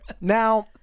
Now